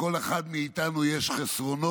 לכל אחד מאיתנו יש חסרונות